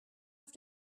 have